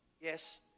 yes